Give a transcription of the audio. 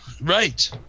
Right